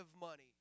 money